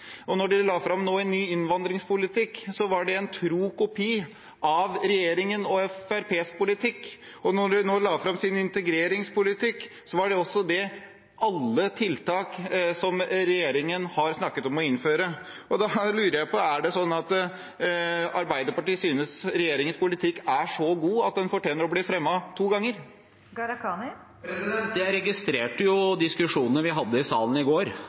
Når de nå la fram en ny innvandringspolitikk, var det en tro kopi av regjeringens og Fremskrittspartiets politikk, og når de nå la fram sin integreringspolitikk, var også alt det tiltak som regjeringen har snakket om å innføre. Da lurer jeg på: Er det sånn at Arbeiderpartiet synes regjeringens politikk er så god at den fortjener å bli fremmet to ganger? Jeg registrerte diskusjonene vi hadde i salen i går,